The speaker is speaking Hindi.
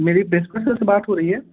मेरी सर से बात हो रही है